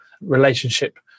relationship